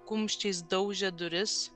kumščiais daužė duris